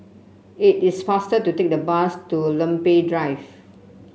it is faster to take the bus to Lempeng Drive